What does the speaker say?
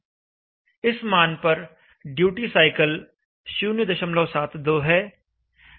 इस मान पर ड्यूटी साइकिल 072 है